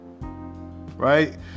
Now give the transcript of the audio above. right